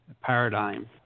paradigm